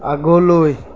আগলৈ